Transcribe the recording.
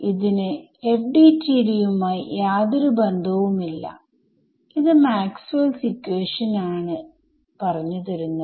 ഇതിന് FDTD യുമായി യാതൊരു ബന്ധവും ഇല്ല ഇത് മാക്സ്വെൽസ് ഇക്വേഷൻ maxwells equation ആണ് പറഞ്ഞു തരുന്നത്